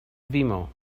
vimeo